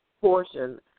portion